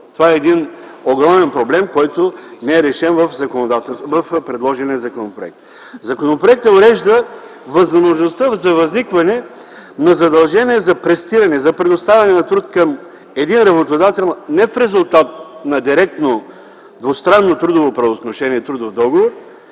Това е един огромен проблем, който не е решен в предложения законопроект. Законопроектът урежда възможността за възникване на задължения за престиране, за предоставяне на труд към един работодател не в резултат на директно двустранно трудово правоотношение и трудов договор